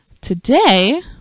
Today